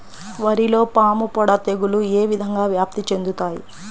వరిలో పాముపొడ తెగులు ఏ విధంగా వ్యాప్తి చెందుతాయి?